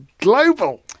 global